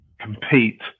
compete